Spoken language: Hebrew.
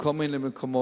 בכל מיני מקומות,